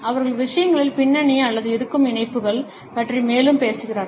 அவர்கள் விஷயங்களின் பின்னணி அல்லது இருக்கும் இணைப்புகள் பற்றி மேலும் பேசுகிறார்கள்